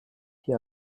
die